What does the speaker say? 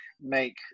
make